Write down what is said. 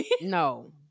no